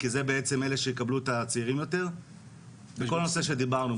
כי אלה יקבלו את הצעירים יותר בנושאים שדיברנו,